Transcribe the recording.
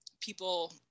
people